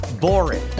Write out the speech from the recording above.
boring